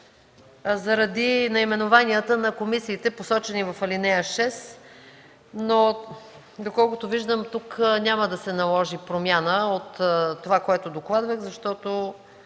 заради наименованията на комисиите, посочени в ал. 6. Доколкото виждам, тук няма да се наложи промяна от това което докладвах, защото